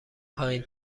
پایین